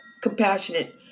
Compassionate